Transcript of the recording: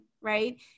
right